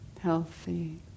healthy